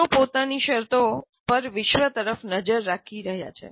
તેઓ પોતાની શરતો પર વિશ્વ તરફ નજર કરી રહ્યા છે